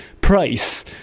price